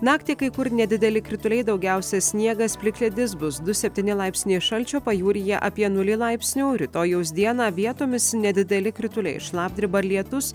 naktį kai kur nedideli krituliai daugiausia sniegas plikledis bus du septyni laipsniai šalčio pajūryje apie nulį laipsnių rytojaus dieną vietomis nedideli krituliai šlapdriba lietus